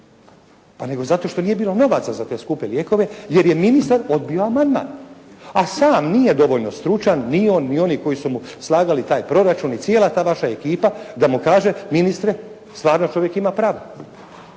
pa nego zato što nije bilo novaca za te skupe lijekove jer je ministar odbio amandman. A sam nije dovoljno stručan, ni on ni oni koji su mu slagali taj proračun i cijela ta vaša ekipa da mu kaže ministre, stvarno čovjek ima pravo.